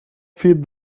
feed